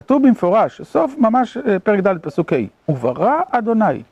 כתוב במפורש, סוף ממש פרק ד' פסוק ה', וברא אדוניי